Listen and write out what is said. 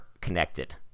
connected